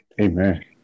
Amen